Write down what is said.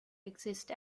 exist